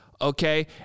okay